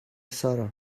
سارا